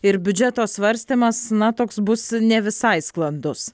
ir biudžeto svarstymas na toks bus ne visai sklandus